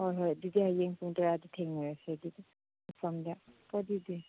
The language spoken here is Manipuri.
ꯍꯣꯏ ꯍꯣꯏ ꯑꯗꯨꯗꯤ ꯍꯌꯦꯡ ꯄꯨꯡ ꯇꯔꯥꯗ ꯊꯦꯡꯅꯔꯁꯤ ꯑꯗꯨꯗꯤ ꯃꯐꯝꯗ ꯀꯣ ꯑꯗꯨꯗꯤ